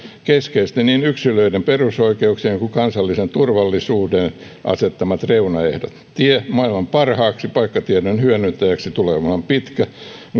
keskeiset niin yksilöiden perusoikeuksien kuin kansallisen turvallisuuden asettamat reunaehdot tie maailman parhaaksi paikkatiedon hyödyntäjäksi tulee olemaan pitkä mutta